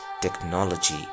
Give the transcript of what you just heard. technology